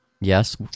Yes